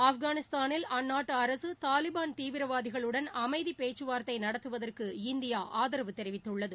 ஆப்கானிஸ்தானில் அந்நாட்டு அரசு தாலிபான் தீவிரவாதிகளுடன் அமைதி பேச்சுவார்த்தை நடத்துவதற்கு இந்தியா ஆதரவு தெரிவித்துள்ளது